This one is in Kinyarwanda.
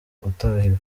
utahiwe